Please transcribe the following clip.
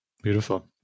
Beautiful